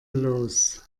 los